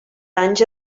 anys